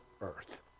earth